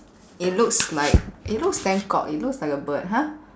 it looks like it looks damn cock it looks like a bird !huh!